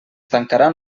tancaran